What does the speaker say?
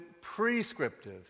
prescriptive